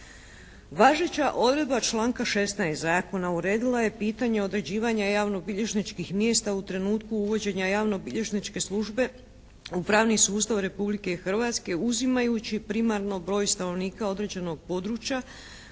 Važeća odredba članka 16. zakona uredila je pitanje određivanja javno-bilježničkih mjesta u trenutku uvođenja javno-bilježničke službe u pravni sustav Republike Hrvatske uzimajući primarno broj stanovnika određenog područja